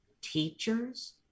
teachers